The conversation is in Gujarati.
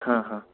હા હા